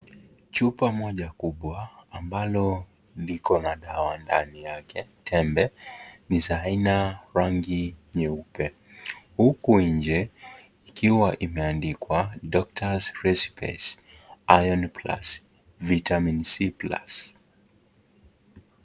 Chupa moja kubwa ambalo likona dawa ndani yake tembe ni za aina rangi nyeupe huku nje ikiwa imeandikwa doctors recipes iron plus vitamin c plus .